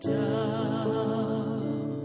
down